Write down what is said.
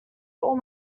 all